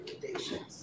recommendations